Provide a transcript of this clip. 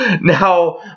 Now